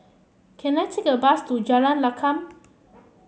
can I take a bus to Jalan Lakum